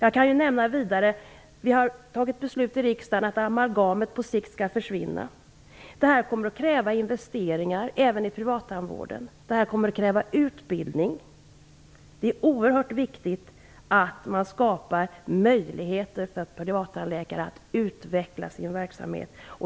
Vi har ju i riksdagen fattat beslut om att amalgamet på sikt skall försvinna. Det kommer att kräva investeringar även i privattandvården. Det kommer också att kräva utbildning. Därför är det oerhört viktigt att skapa möjligheter för privattandläkare att utveckla sin verksamhet.